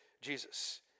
Jesus